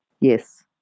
Yes